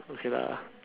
okay lah